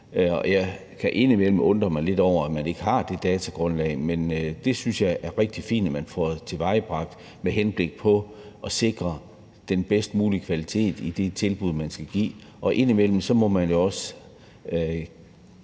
Jeg kan indimellem undre mig lidt over, at man ikke har det datagrundlag, men det synes jeg er rigtig fint man får tilvejebragt med henblik på at sikre den bedst mulige kvalitet i de tilbud, man skal give, og indimellem må man jo også